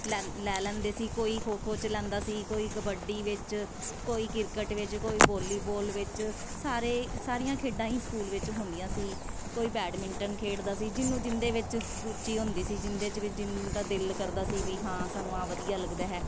ਲੈ ਲੈਂਦੇ ਸੀ ਕੋਈ ਖੋ ਖੋ 'ਚ ਲੈਂਦਾ ਸੀ ਕੋਈ ਕਬੱਡੀ ਵਿੱਚ ਕੋਈ ਕ੍ਰਿਕਟ ਵਿੱਚ ਕੋਈ ਵੋਲੀਬੋਲ ਵਿੱਚ ਸਾਰੇ ਸਾਰੀਆਂ ਖੇਡਾਂ ਹੀ ਸਕੂਲ ਵਿੱਚ ਹੁੰਦੀਆਂ ਸੀ ਕੋਈ ਬੈਡਮਿੰਟਨ ਖੇਡਦਾ ਸੀ ਜਿਹਨੂੰ ਜਿਹਦੇ ਵਿੱਚ ਰੁਚੀ ਹੁੰਦੀ ਸੀ ਜਿਹਦੇ 'ਚ ਵੀ ਜਿਹਦਾ ਦਿਲ ਕਰਦਾ ਸੀ ਵੀ ਹਾਂ ਸਾਨੂੰ ਆਹ ਵਧੀਆ ਲੱਗਦਾ ਹੈ